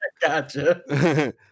Gotcha